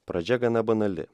pradžia gana banali